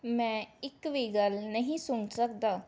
ਮੈਂ ਇੱਕ ਵੀ ਗੱਲ ਨਹੀਂ ਸੁਣ ਸਕਦਾ